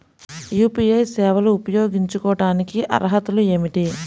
UPI సేవలు ఉపయోగించుకోటానికి అర్హతలు ఏమిటీ?